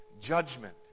judgment